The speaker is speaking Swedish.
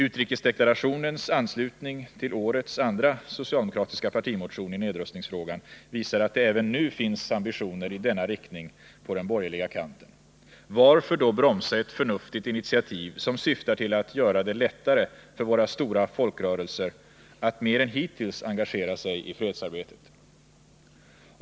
Utrikesdeklarationens anslutning till årets andra socialdemokratiska partimotion i nedrustningsfrågan visar att det även nu finns ambitioner i denna riktning på den borgerliga kanten. Varför då bromsa ett förnuftigt initiativ, som syftar till att göra det lättare för våra stora folkrörelser att mer än hittills engagera sig i fredsarbetet?